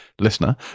listener